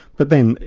but then,